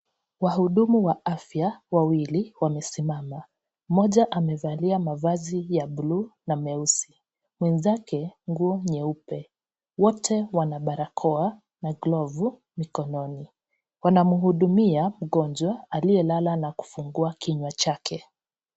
Wahudumu wa afya wawili wamesimama. Mmoja amevalia mavazi ya bluu na meusi, mwenzake nguo nyeupe. Wote wana barakoa na glavu mikononi. Wanamhudumia mgonjwa aliye lala na kufungua kichwa chake.